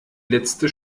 letzte